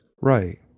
right